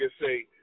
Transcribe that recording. say